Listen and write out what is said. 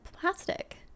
plastic